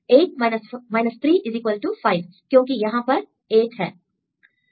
8 3 5 क्योंकि यहां पर 8 है